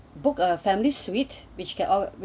book a family suite which can all